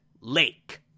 Lake